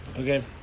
okay